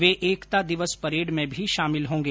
वे एकता दिवस परेड में भी शामिल होंगे